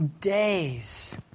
days